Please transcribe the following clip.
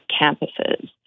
campuses